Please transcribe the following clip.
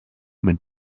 mit